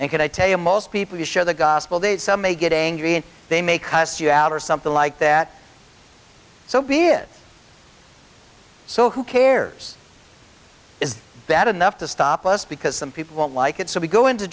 and can i tell you most people who share the gospel they may get angry and they may cuss you out or something like that so be it so who cares is bad enough to stop us because some people won't like it so we go into